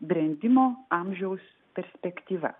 brendimo amžiaus perspektyva